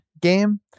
game